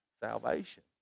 salvation